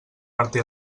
martí